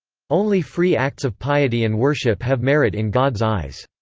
only free acts of piety and worship have merit in god's eyes.